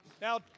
Now